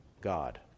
God